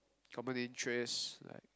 common interest like